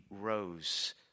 rose